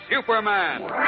Superman